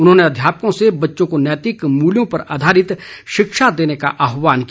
उन्होंने अध्यापकों से बच्चों को नैतिक मुल्यों पर आधारित शिक्षा देने का आह्वान किया